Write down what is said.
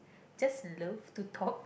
just love to talk